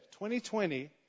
2020